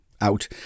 Out